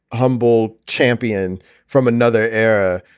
humble champion from another era.